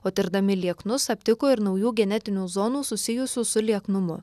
o tirdami lieknus aptiko ir naujų genetinių zonų susijusių su lieknumu